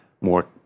more